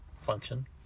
function